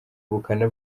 ubukana